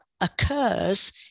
occurs